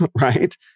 right